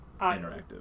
Interactive